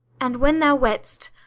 and when thou wedd'st,